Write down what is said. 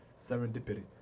Serendipity